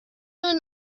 when